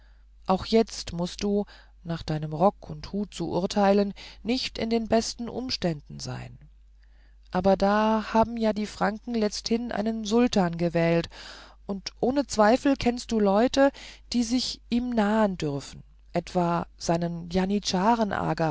auch jetzt mußt du nach deinem rock und hut zu urteilen nicht in den besten umständen sein aber da haben ja die franken letzthin einen sultan gewählt und ohne zweifel kennst du leute die sich ihm nahen dürfen etwa seinen